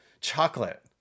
chocolate